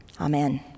Amen